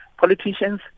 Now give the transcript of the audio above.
Politicians